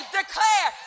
declare